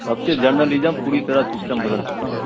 तब से जर्नलिज्म पूरी तरह सिस्टम बदल चुका है